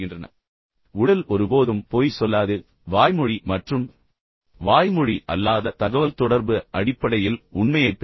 எனவே உடல் ஒருபோதும் பொய் சொல்லாது வாய்மொழி மற்றும் வாய்மொழி அல்லாத தகவல்தொடர்பு அடிப்படையில் உண்மையைப் பேசுங்கள்